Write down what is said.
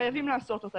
חייבים לעשות אותה.